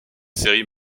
séries